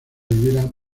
elvira